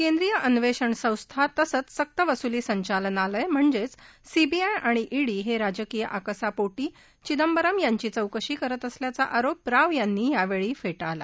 केंद्रीय अन्वप्रण संस्था तसंच सक्त वसुली संचालनालय म्हणजप्तसीबीआय आणि ईडी हऱ्ञिजकीय आकसापोटी चिंदबरम यांची चौकशी करत असल्याचा आरोप राव यांनी यावळी फटीळला